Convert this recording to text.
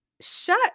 shut